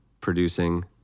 producing